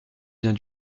biens